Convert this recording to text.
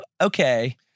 Okay